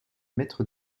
maître